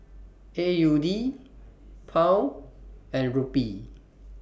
A U D Pound and Rupee